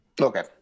Okay